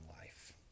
life